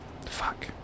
fuck